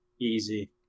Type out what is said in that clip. Easy